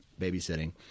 babysitting